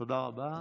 תודה רבה.